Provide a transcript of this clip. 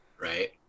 Right